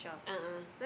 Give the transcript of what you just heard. a'ah